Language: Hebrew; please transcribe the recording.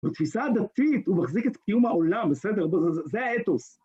בתפיסה הדתית הוא מחזיק את קיום העולם, בסדר? זה האתוס.